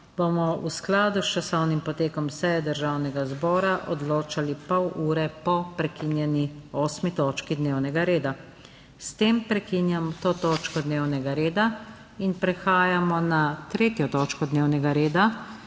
bomo v skladu s časovnim potekom seje Državnega zbora odločali pol ure po prekinjeni 8. točki dnevnega reda. S tem prekinjam to točko dnevnega reda. Prehajamo na **3. TOČKO DNEVNEGA REDA